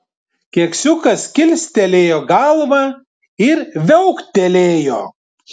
keksiukas kilstelėjo galvą ir viauktelėjo